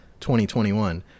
2021